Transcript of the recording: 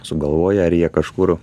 sugalvoję ar jie kažkur